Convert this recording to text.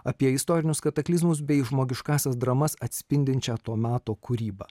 apie istorinius kataklizmus bei žmogiškąsias dramas atspindinčią to meto kūrybą